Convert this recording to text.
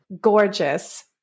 gorgeous